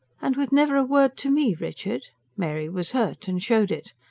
and with never a word to me, richard? mary was hurt and showed it.